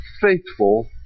faithful